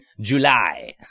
July